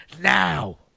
now